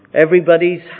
everybody's